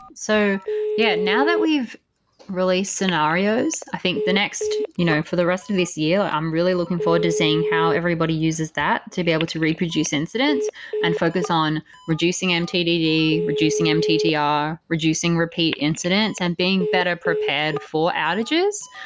so yeah. now that we've released scenarios, i think the next you know for the rest of this year, i'm really looking forward to seeing how everybody uses that to be able to reproduce incidents and focus on reducing mtdd, reducing mttr, reducing repeat incidents and being better prepared for outages,